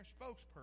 spokesperson